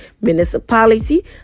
municipality